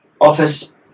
office